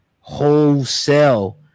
wholesale